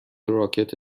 راکت